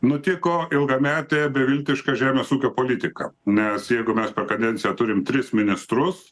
nutiko ilgametė beviltiška žemės ūkio politika nes jeigu mes per kadenciją turime tris ministrus